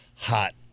Hot